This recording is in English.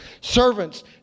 Servants